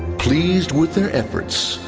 pleased with their efforts,